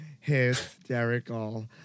hysterical